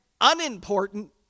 unimportant